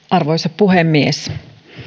arvoisa puhemies